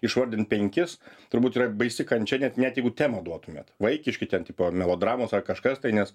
išvardint penkis turbūt yra baisi kančia net net jeigu temą duotumėt vaikiški ten tipo melodramos ar kažkas tai nes